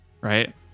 right